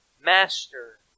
Master